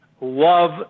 Love